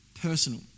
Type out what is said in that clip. personal